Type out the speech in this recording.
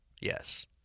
Yes